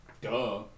Duh